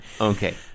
Okay